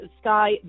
sky